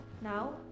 Now